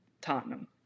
Tottenham